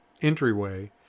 entryway